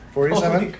Forty-seven